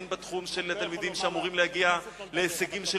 הן בתחום התלמידים שאמורים להגיע להישגים של